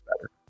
better